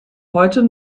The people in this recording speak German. heute